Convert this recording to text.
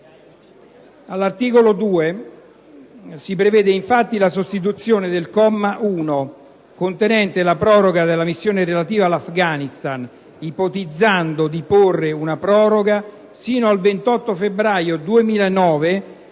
All'articolo 2 si prevede infatti la sostituzione del comma 1, contenente la proroga della missione relativa all'Afghanistan, ipotizzando di porre una proroga fino al 28 febbraio 2010,